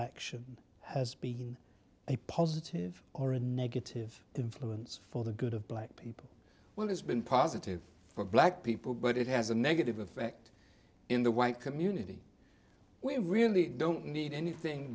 action has been a positive or a negative influence for the good of black people when it's been positive for black people but it has a negative effect in the white community we really don't need anything